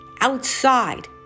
outside